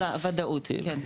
בוודאות, כן.